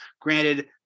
Granted